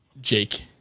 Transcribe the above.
Jake